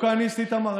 כהניסט, איתמר?